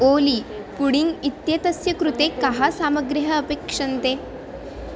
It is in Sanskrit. ओली पुडिङ्ग् इत्येतस्य कृते कः सामग्र्यः अपेक्षन्ते